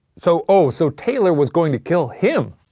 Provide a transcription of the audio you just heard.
so, oh! so taylor was going to kill him!